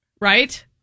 Right